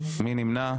1. מי נמנע?